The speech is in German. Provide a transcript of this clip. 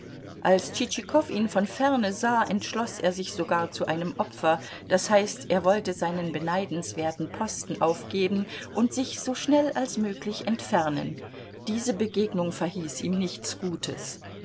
als tschitschikow ihn von ferne sah entschloß er sich sogar zu einem opfer das heißt er wollte seinen beneidenswerten posten aufgeben und sich so schnell als möglich entfernen diese begegnung verhieß ihm nichts gutes